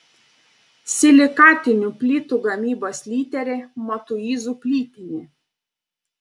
silikatinių plytų gamybos lyderė matuizų plytinė